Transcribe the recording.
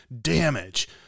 damage